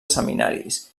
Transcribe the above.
seminaris